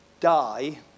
die